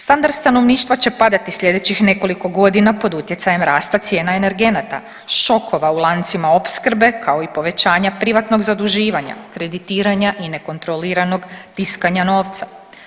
Standard stanovništva će padati slijedećih nekoliko godina pod utjecajem rasta cijena energenata, šokova u lancima opskrbe, kao i povećanja privatnog zaduživanja, kreditiranja i nekontroliranog tiskanja novca.